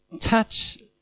touch